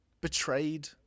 betrayed